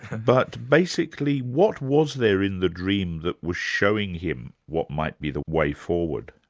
but basically, what was there in the dream that was showing him what might be the way forward?